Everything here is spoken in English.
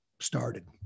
started